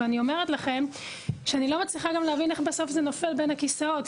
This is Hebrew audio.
ואני אומרת לכם שאני לא מצליחה גם להבין איך בסוף זה נופל בין הכיסאות,